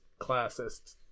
classist